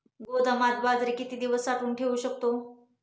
गोदामात बाजरी किती दिवस साठवून ठेवू शकतो?